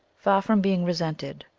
far from being resented,